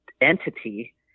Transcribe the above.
entity